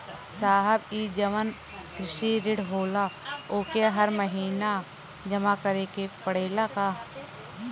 साहब ई जवन कृषि ऋण होला ओके हर महिना जमा करे के पणेला का?